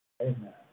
Amen